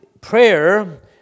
prayer